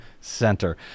Center